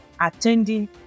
attending